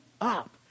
up